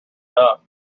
enough